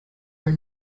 are